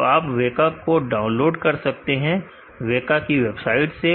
तो आप वेका को डाउनलोड कर सकते हैं वेका की वेबसाइट से